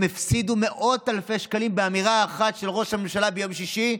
הם הפסידו מאות אלפי שקלים באמירה אחת של ראש הממשלה ביום שישי: